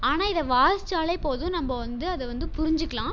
ஆனால் இதை வாசிச்சாலே போதும் நம்ம வந்து அதை வந்து புரிஞ்சுக்கலாம்